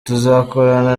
tuzakorana